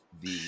the-